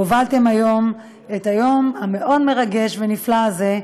הובלתם היום את היום המאוד-מרגש ונפלא הזה,